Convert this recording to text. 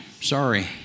sorry